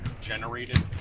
generated